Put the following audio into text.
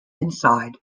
inside